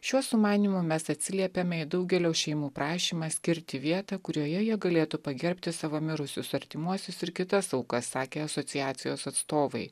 šiuo sumanymu mes atsiliepiame į daugelio šeimų prašymą skirti vietą kurioje jie galėtų pagerbti savo mirusius artimuosius ir kitas aukas sakė asociacijos atstovai